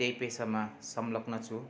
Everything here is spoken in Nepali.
त्यही पेसामा संलग्न छु